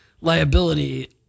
liability